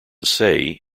say